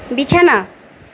বিছানা